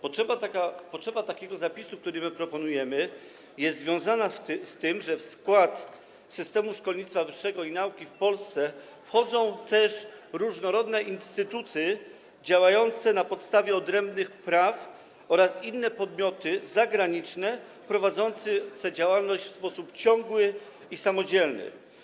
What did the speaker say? Potrzeba zapisu, który proponujemy, jest związana z tym, że w skład systemu szkolnictwa wyższego i nauki w Polsce wchodzą też różnorodne instytuty działające na podstawie odrębnych praw oraz inne podmioty zagraniczne prowadzące działalność w sposób ciągły i samodzielny.